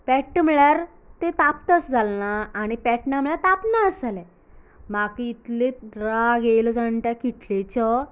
पेट्टा म्हळ्यार ती तापतास अशीं जाल ना आणी पेटना जाल्यार तापना अशें जालें म्हाका इतलें राग येयलो जाणा त्या किटलेचो